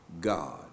God